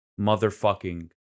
motherfucking